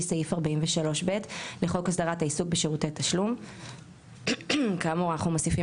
סעיף 43(ב) לחוק הסדרת העיסוק בשירותי תשלום;"; כאמור אנחנו מוסיפים